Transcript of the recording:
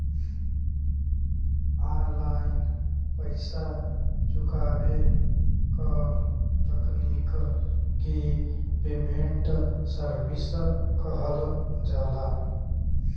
online पइसा चुकावे क तकनीक के पेमेन्ट सर्विस कहल जाला